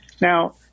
Now